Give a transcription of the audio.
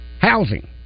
housing